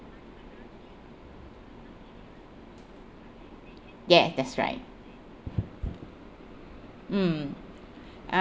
yes that's right mm uh